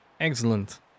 Excellent